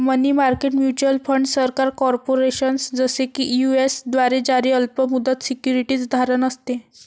मनी market mutual fund सरकार, corporation, जसे की यू.एस द्वारे जारी अल्प मुदत सिक्युरिटीज धारण असते